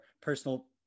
personal